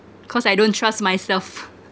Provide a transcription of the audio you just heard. cause I don't trust myself